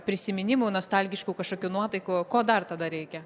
prisiminimų nostalgišku kažkokiu nuotaikų ko dar tada reikia